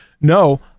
no